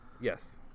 Yes